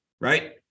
right